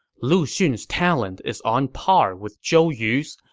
lu xun's talent is on par with zhou yu's.